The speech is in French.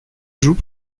joue